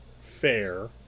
fair